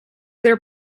their